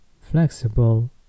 flexible